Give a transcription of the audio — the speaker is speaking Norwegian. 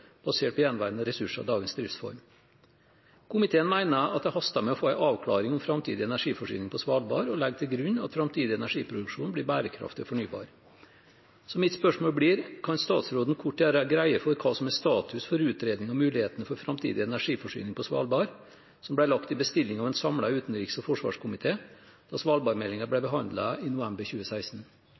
basert på gjenværende ressurser med dagens driftsform. Komiteen mener at det haster med å få en avklaring om framtidig energiforsyning på Svalbard, og legger til grunn at framtidig energiproduksjon blir bærekraftig og fornybar. Så mitt spørsmål blir: Kan statsråden kort gjøre greie for hva som er status for utredning av mulighetene for framtidig energiforsyning på Svalbard, som ble lagt i bestillingen fra en samlet utenriks- og forsvarskomité da svalbardmeldingen ble behandlet i november 2016?